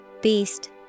Beast